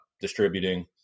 distributing